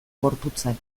gorputzari